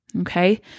okay